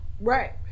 Right